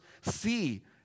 see